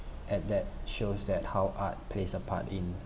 at that shows that how art plays a part in